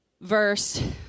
verse